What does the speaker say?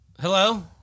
Hello